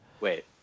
Wait